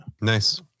Nice